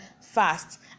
Fast